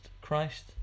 Christ